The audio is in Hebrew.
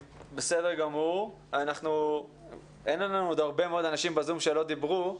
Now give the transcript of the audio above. אין לנו עוד הרבה מאוד אנשים ב-זום שלא דיברו.